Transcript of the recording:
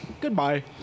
goodbye